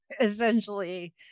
essentially